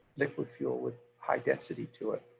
liquid fuel with high density to it,